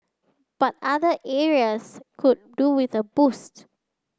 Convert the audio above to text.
but other areas could do with a boost